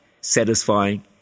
satisfying